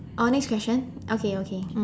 oh next question okay okay